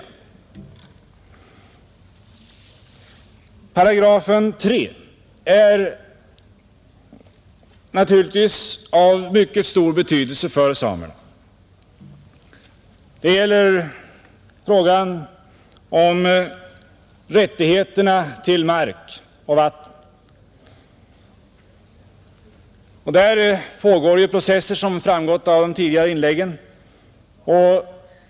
3 § är naturligtvis av mycket stor betydelse för samerna. Det gäller frågan om rättigheterna till mark och vatten. Där pågår processer såsom framgått av de tidigare inläggen.